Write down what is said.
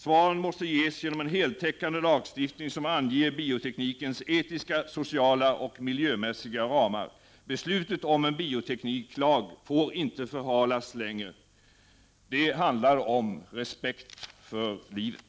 Svaren måste ges genom en heltäckande lagstiftning som anger bioteknikens etiska, sociala och miljömässiga ramar. Beslut om biotekniklag får inte förhalas längre. Det handlar om respekt för livet.